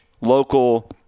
local